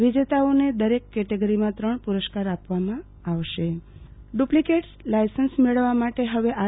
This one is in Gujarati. વિજેતાઓને દરેક કેટેગરીમાં ત્રણ પુરસ્કાર આપવામાં આવશે Aarti Bhatt duplicate licence duplicate licence મેળવવા માટે ફવે આર